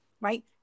right